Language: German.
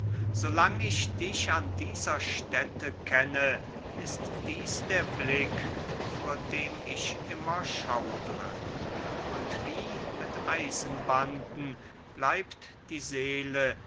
lang ich dich an dieser stätte kenne ist dieß der blick vor dem ich immer schaudre und wie mit eisenbanden bleibt die seele